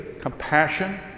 compassion